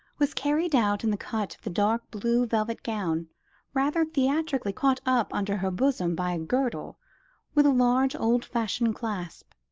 was carried out in the cut of the dark blue velvet gown rather theatrically caught up under her bosom by a girdle with a large old-fashioned clasp.